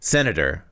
Senator